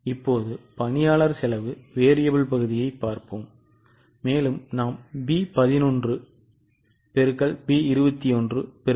இப்போது பணியாளர் செலவு மாறி பகுதியைப் பார்ப்போம் இப்போது நாம் B 11 XB 21 X 1